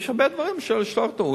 יש הרבה דברים שאפשר לשלוח אותו,